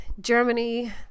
Germany